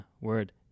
word